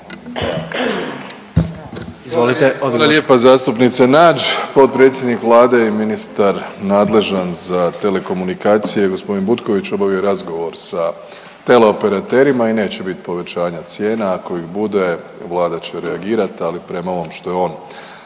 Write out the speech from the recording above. Hvala lijepa zastupnice Nađ. Potpredsjednik Vlade i ministar nadležan za telekomunikacije, g. Butković obavio je razgovor sa teleoperaterima i neće biti povećanja cijena. Ako i bude, Vlada će reagirati, ali prema ovom što je on